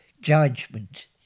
judgment